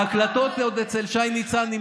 ההקלטות עוד נמצאות אצל שי ניצן.